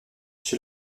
chez